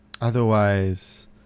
otherwise